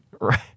right